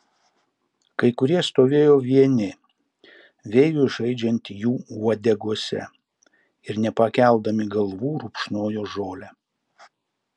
kai kurie stovėjo vieni vėjui žaidžiant jų uodegose ir nepakeldami galvų rupšnojo žolę